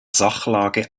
sachlage